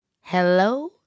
Hello